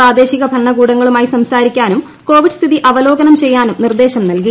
പ്രാദേശിക ഭരണകൂടങ്ങളുമായി സംസാരിക്കാനും കോവിഡ് സ്ഥിതി അവലോകനം ചെയ്യാനും നിർദ്ദേശം നൽകി